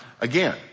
again